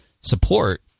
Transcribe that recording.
support